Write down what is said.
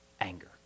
anger